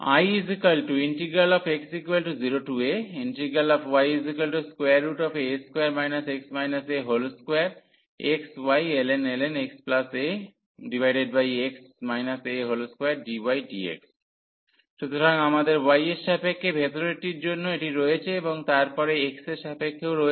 Ix0aya2 x a2axyln xa x a2dydx সুতরাং আমাদের y এর সাপেক্ষে ভেতরেরটির জন্য এটি রয়েছে এবং তারপরে x এর সাপেক্ষেও রয়েছে